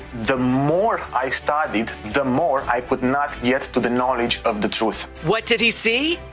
the more i studied the more i could not get to the knowledge of the truth. what did he see?